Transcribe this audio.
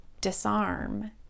disarm